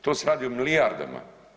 To se radi o milijardama.